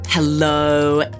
Hello